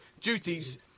duties